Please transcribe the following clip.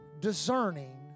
discerning